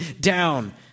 down